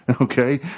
Okay